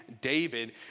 David